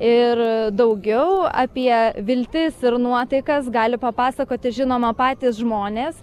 ir daugiau apie viltis ir nuotaikas gali papasakoti žinoma patys žmonės